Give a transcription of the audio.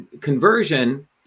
conversion